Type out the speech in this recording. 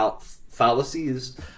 fallacies